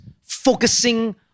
focusing